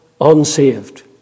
unsaved